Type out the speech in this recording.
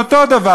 את אותו הדבר,